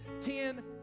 Ten